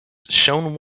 shown